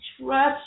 Trust